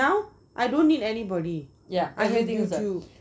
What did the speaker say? now I don't need anybody